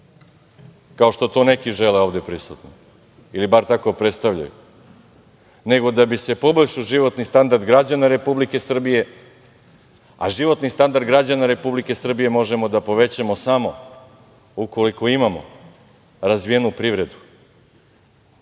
kao što to neki žele ovde prisutni ili bar tako predstavljaju, nego da bi se poboljšao životni standard građana Republike Srbije. Životni standard građana Republike Srbije možemo da povećamo samo ukoliko imamo razvijenu privredu. Hteo